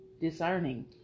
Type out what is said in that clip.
discerning